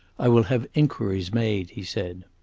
i will have inquiries made, he said.